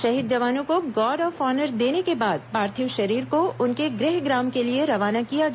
शहीद जवानों को गॉड ऑफ ऑनर देने के बाद पार्थिव शरीर को उनके गृहग्राम के लिए रवाना किया गया